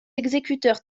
exécuteurs